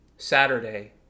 Saturday